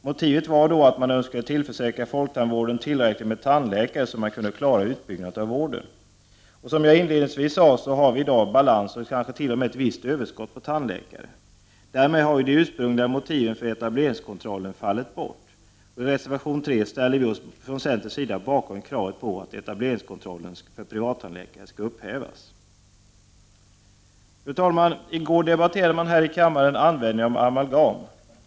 Motivet var då att man önskade tillförsäkra folktandvården tillräckligt med tandläkare, så att man kunde klara utbyggnaden av vården. Som jag inledningsvis sade har vi i dag balans och t.o.m. ett visst överskott på tandläkare. De ursprungliga motiven för etableringskontrollen har därmed fallit bort. I reservation 3 ställer vi oss från centerns sida bakom kravet på att etableringskontrollen för privattandläkarna skall upphävas. Fru talman! I går debatterade man här i kammaren användningen av amalgam.